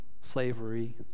slavery